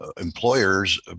employers